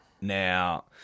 Now